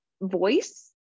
voice